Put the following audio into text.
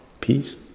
Peace